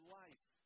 life